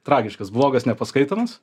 tragiškas blogas nepaskaitomas